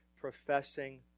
professing